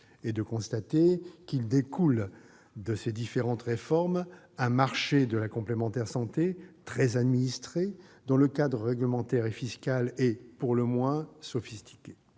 est de constater qu'il découle de ces différentes réformes un marché de la complémentaire santé très administré, dont le cadre réglementaire et fiscal est pour le moins sophistiqué.